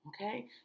Okay